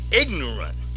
ignorant